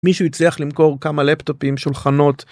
מישהו הצליח למכור כמה לפטופים שולחנות.